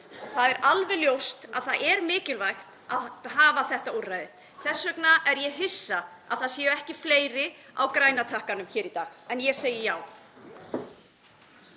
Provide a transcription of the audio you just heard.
það er alveg ljóst að það er mikilvægt að hafa þetta úrræði. Þess vegna er ég hissa að það séu ekki fleiri á græna takkanum hér í dag. En ég segi já.